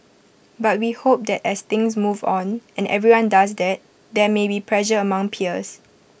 but we hope that as things move on and everyone does that there may be pressure among peers